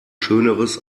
schöneres